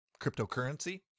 cryptocurrency